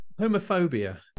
homophobia